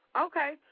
Okay